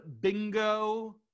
bingo